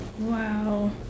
Wow